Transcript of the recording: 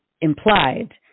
implied